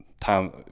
time